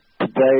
today